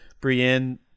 Brienne